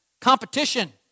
Competition